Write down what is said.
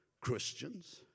Christians